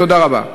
תודה רבה.